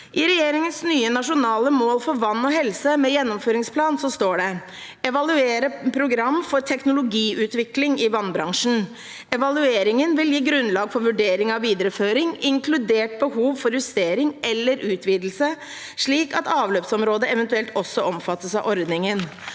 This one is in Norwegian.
I regjeringens nye nasjonale mål for vann og helse med gjennomføringsplan står det: «Evaluere program for teknologiutvikling i vannbransjen. Evalueringen vil gi grunnlag for vurdering av videreføring, inkludert behov for justering eller utvidelse slik at avløpsområdet evt. også omfattes av ordningen.»